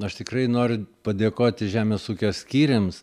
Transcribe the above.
aš tikrai noriu padėkoti žemės ūkio skyriams